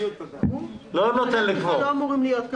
--- לא אמורים להיות.